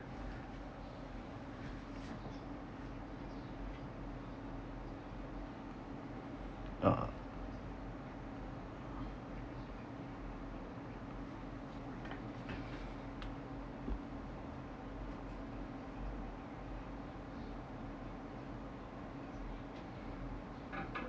uh